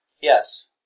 Yes